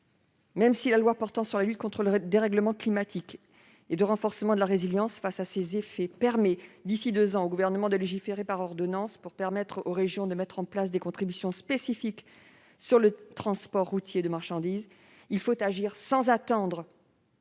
Même si la loi portant lutte contre le dérèglement climatique et renforcement de la résilience face à ses effets permet au Gouvernement de légiférer par ordonnances, durant un délai de deux ans, pour permettre aux régions de mettre en place des contributions spécifiques sur le transport routier de marchandises, il faut agir sans attendre,